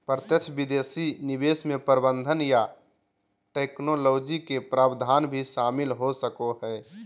प्रत्यक्ष विदेशी निवेश मे प्रबंधन या टैक्नोलॉजी के प्रावधान भी शामिल हो सको हय